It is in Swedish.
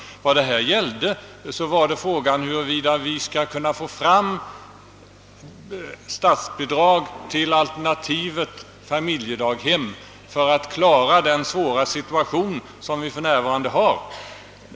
Här i dag gällde det huruvida vi skall kunna få fram statsbidrag till alternativet familjedaghem för att klara den svåra situationen för närvarande.